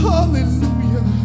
Hallelujah